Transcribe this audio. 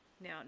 now